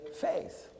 faith